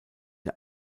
der